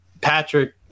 Patrick